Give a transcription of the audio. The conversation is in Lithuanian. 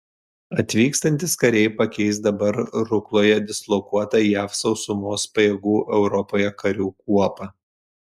atvykstantys kariai pakeis dabar rukloje dislokuotą jav sausumos pajėgų europoje karių kuopą